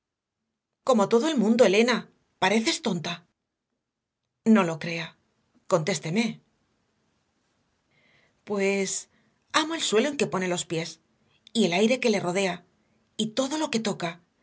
como todo el mundo elena pareces tonta no lo crea contésteme pues amo el suelo en que pone los pies y el aire que le rodea y todo lo que toca